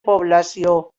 població